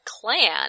clan